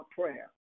prayer